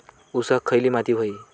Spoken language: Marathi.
ऊसाक खयली माती व्हयी?